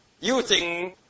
using